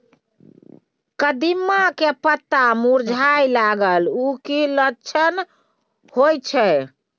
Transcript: कदिम्मा के पत्ता मुरझाय लागल उ कि लक्षण होय छै?